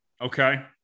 Okay